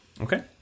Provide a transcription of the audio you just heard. Okay